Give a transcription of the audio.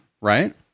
right